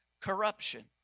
corruption